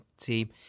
team